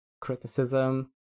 criticism